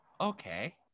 Okay